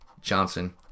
Johnson